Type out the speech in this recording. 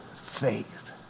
faith